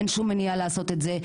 אין שום מניעה לעשות את זה.